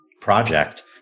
project